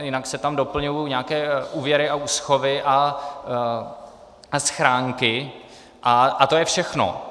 Jinak se tam doplňují nějaké úvěry a úschovy a schránky a to je všechno.